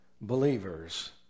believers